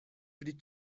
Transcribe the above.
pri